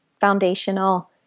foundational